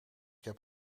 heb